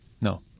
No